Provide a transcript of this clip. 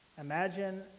Imagine